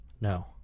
No